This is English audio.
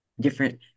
different